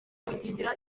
gukingira